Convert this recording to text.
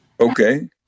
Okay